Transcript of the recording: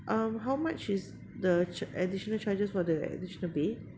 um how much is the cha~ additional charges for the additional bed